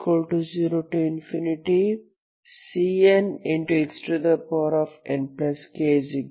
Cnxnkn 1n1k